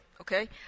okay